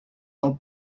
del